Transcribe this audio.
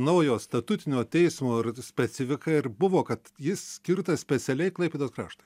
naujo statutinio teismo ir specifika ir buvo kad jis skirtas specialiai klaipėdos kraštui